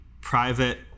private